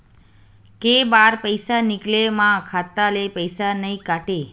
के बार पईसा निकले मा खाता ले पईसा नई काटे?